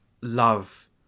love